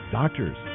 doctors